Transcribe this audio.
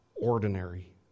ordinary